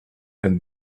and